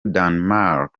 denmark